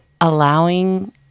Allowing